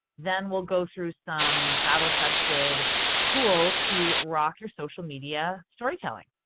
then will go through some battle tested tools to rock your social media storytelling.